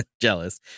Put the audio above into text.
jealous